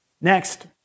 Next